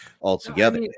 altogether